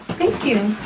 thank you